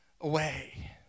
away